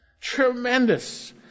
Tremendous